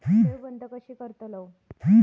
ठेव बंद कशी करतलव?